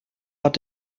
hat